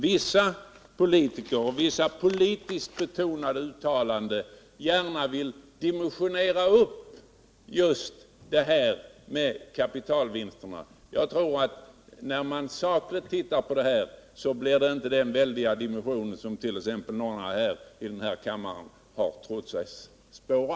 Vissa politiker vill i vissa, politiskt betonade uttalanden gärna dimensionera upp just kapitalvinsterna. Jag tror att när man sakligt ser på den frågan blir det inte den stora effekt av att försöka räkna in kapitalvinster som t.ex. några här i kammaren tycks tro.